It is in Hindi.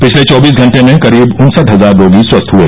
पिछले चौबीस घंटे में करीब उन्सठ हजार रोगी स्वस्थ हुए